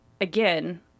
again